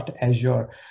Azure